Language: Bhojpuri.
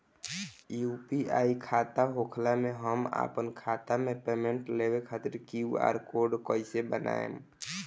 यू.पी.आई खाता होखला मे हम आपन खाता मे पेमेंट लेवे खातिर क्यू.आर कोड कइसे बनाएम?